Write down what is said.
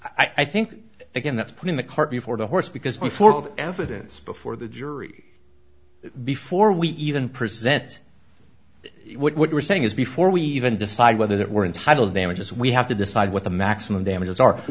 s i think again that's putting the cart before the horse because before the evidence before the jury before we even present what we're saying is before we even decide whether that we're entitled damages we have to decide what the maximum damages are